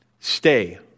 Stay